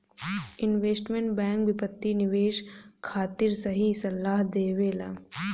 investment bank वित्तीय निवेश खातिर सही सलाह देबेला